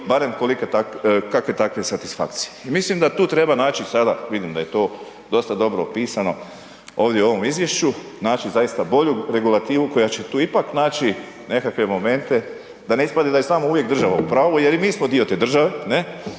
barem kakve takve satisfakcije i mislim da tu treba naći sada, vidim da je to dosta dobro opisano ovdje u ovom izvješću, naći zaista bolju regulativu koja će tu ipak naći nekakve momente da ne ispadne da je samo uvijek država u pravu jer i mi smo dio te države,